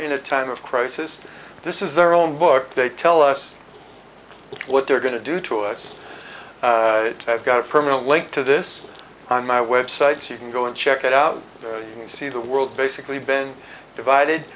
in a time of crisis this is their own book they tell us what they're going to do to us i've got a permanent link to this on my website so you can go and check it out and see the world basically been divided